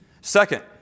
Second